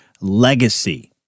legacy